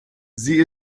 sie